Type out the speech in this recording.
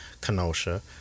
Kenosha